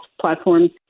platforms